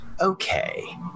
okay